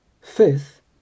Fifth